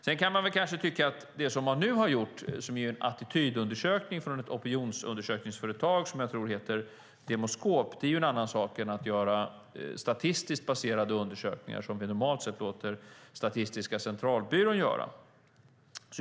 Sedan kan man kanske tycka att det som nu har gjorts, som är en attitydundersökning från ett opinionsundersökningsföretag som jag tror heter Demoskop, är en annan sak än att göra statistiskt baserade undersökningar som vi normalt sett låter Statistiska centralbyrån göra.